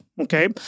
okay